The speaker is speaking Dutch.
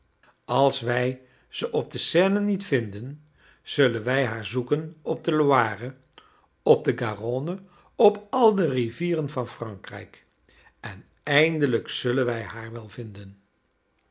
als wij ze op de seine niet vinden zullen wij haar zoeken op de loire op de garonne op al de rivieren van frankrijk en eindelijk zullen wij haar wel vinden